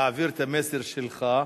להעביר את המסר שלך,